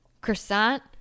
croissant